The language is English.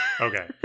Okay